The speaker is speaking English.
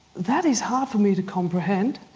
that is hard for me to comprehend,